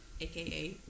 aka